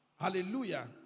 Hallelujah